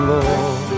Lord